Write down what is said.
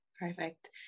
Perfect